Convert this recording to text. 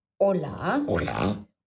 Hola